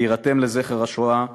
להירתם לזכר השואה,